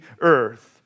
earth